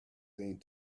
thing